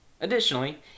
Additionally